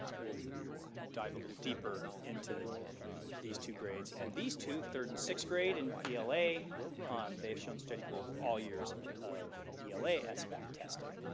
we'll dive a little deeper into these two grades and these two, third and sixth grade in ela um they have shown steady growth all years of ela sbac testing.